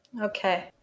okay